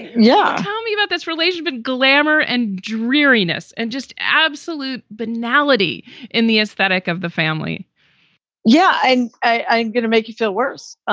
yeah. tell me about this relation. but glamour and dreariness and just absolute banality in the aesthetic of the family yeah. and i'm going to make you feel worse.